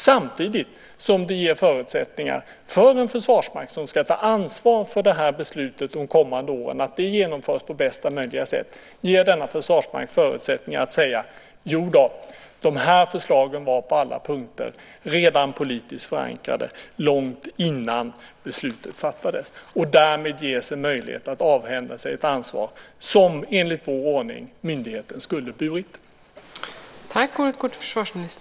Samtidigt som det ger förutsättningar för en försvarsmakt som ska ta ansvar för beslutet de kommande åren och för att det genomförs på bästa möjliga sätt ger det denna försvarsmakt förutsättningar att säga: Jo då, de här förslagen var på alla punkter redan politiskt förankrade långt innan beslutet fattades. Därmed ges en möjlighet att avhända sig ett ansvar som enligt vår ordning myndigheten skulle burit.